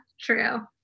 true